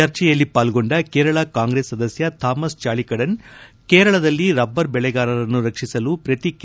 ಚರ್ಚೆಯಲ್ಲಿ ಪಾಲ್ಗೊಂಡ ಕೇರಳ ಕಾಂಗ್ರೆಸ್ ಸದಸ್ಯ ಥಾಮಸ್ ಚಾಳಿಕಡನ್ ಕೇರಳದಲ್ಲಿ ರಬ್ಬರ್ ಬೆಳೆಗಾರರನ್ನು ರಕ್ಷಿಸಲು ಪ್ರತಿ ಕೆ